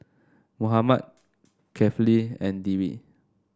Muhammad Kefli and Dwi